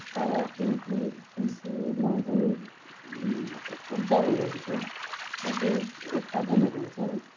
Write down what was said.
तर त्यो कृ कृषिमा चाहिँ उब्जाउहरू हुन्छन् जति उत्पादनहरू हुन्छ